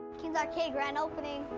caine's arcade, grand opening!